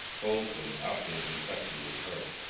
hope and optimism crept into his heart.